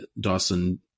Dawson